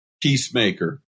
peacemaker